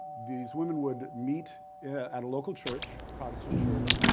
these women would meet at a local church, protestant church,